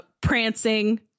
prancing